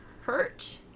hurt